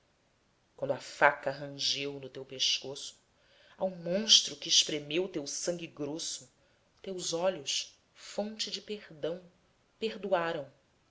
quando a faca rangeu no teu pescoço ao monstro que espremeu teu sangue grosso teus olhos fontes de perdão perdoaram